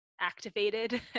activated